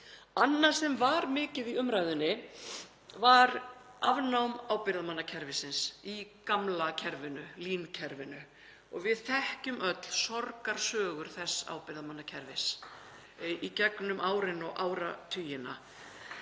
Annað sem var mikið í umræðunni var afnám ábyrgðarmannakerfisins í gamla kerfinu, LÍN-kerfinu, og við þekkjum öll sorgarsögu þess ábyrgðarmannakerfis í gegnum árin og áratugina.